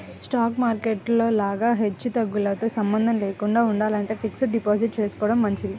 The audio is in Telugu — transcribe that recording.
స్టాక్ మార్కెట్ లో లాగా హెచ్చుతగ్గులతో సంబంధం లేకుండా ఉండాలంటే ఫిక్స్డ్ డిపాజిట్ చేసుకోడం మంచిది